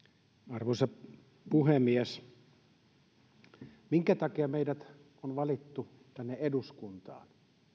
arvoisa puhemies minkä takia meidät on valittu tänne eduskuntaan